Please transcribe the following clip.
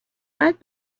باید